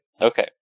Okay